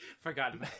Forgotten